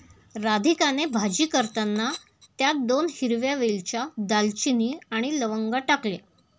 राधिकाने भाजी करताना त्यात दोन हिरव्या वेलच्या, दालचिनी आणि लवंगा टाकल्या